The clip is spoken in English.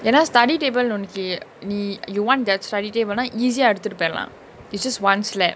ஏனா:yenaa study table ன்னு ஒன்னிக்கு நீ:nu onniku nee you want that study table நா:na easy ah எடுத்துட்டு பெய்ரளா:eduthuttu peiralaa is just once slave